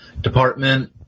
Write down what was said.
department